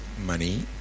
money